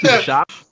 Shop